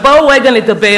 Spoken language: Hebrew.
אבל בואו רגע נדבר